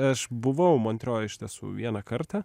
aš buvau montro iš tiesų vieną kartą